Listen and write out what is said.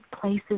places